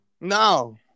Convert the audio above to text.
No